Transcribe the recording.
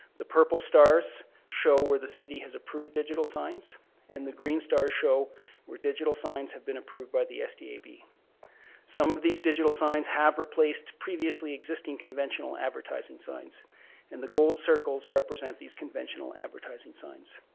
the purple stars show where the city has approved digital signs and the green stars show where digital signs have been approved by the sdab. some of these digital signs have replaced previously existing conventional advertising signs and the gold circles represent these conventional advertising signs.